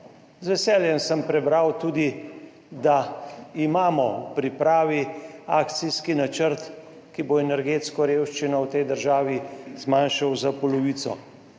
Z veseljem sem prebral tudi, da imamo v pripravi akcijski načrt, ki bo energetsko revščino v tej državi zmanjšal za polovico.